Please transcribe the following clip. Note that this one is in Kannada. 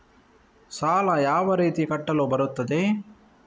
ಸಾಲ ಯಾವ ರೀತಿ ಕಟ್ಟಲು ಬರುತ್ತದೆ?